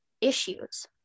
issues